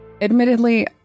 Admittedly